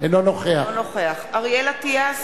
אינו נוכח אריאל אטיאס,